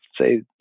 say